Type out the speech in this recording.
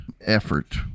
effort